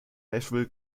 nashville